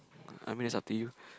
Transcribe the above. I mean that's up to you